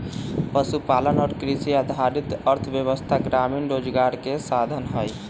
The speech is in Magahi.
पशुपालन और कृषि आधारित अर्थव्यवस्था ग्रामीण रोजगार के साधन हई